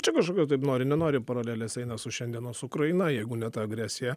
čia kažkokios tai nori nenori paralelės eina su šiandienos ukraina jeigu ne ta agresija